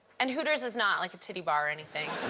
and hooters is not, like, a titty bar or anything.